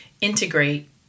integrate